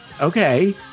Okay